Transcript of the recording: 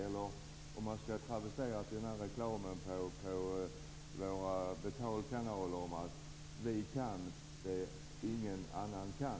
Eller för att travestera reklamen på betal TV-kanalerna: Vi kan det ingen annan kan.